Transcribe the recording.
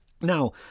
Now